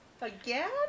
again